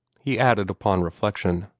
he added upon reflection,